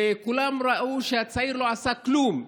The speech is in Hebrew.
וכולם ראו שהצעיר לא עשה כלום,